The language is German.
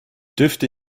dürfte